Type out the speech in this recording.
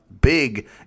big